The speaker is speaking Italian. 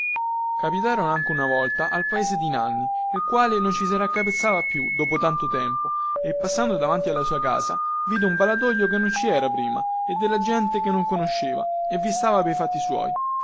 capitarono anche una volta al paese di nanni il quale non ci si raccapezzava più dopo tanto tempo e passando davanti alla sua casa vide un ballatoio che non ci era prima e della gente che non conosceva e vi stava pei fatti suoi